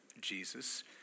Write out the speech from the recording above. Jesus